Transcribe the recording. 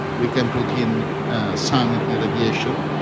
we can put in sun irradiation,